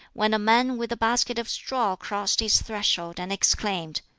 when a man with a basket of straw crossed his threshold, and exclaimed,